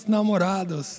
Namorados